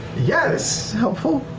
yes, helpful.